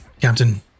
captain